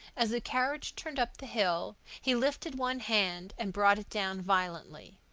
as the carriage turned up the hill, he lifted one hand and brought it down violently.